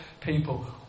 people